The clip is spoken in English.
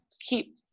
keep